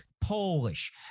polish